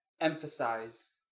Emphasize